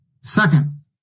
Second